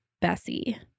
Bessie